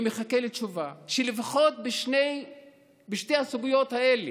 אני מחכה לתשובה לפחות בשתי הסוגיות האלה,